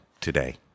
today